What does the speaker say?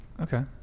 Okay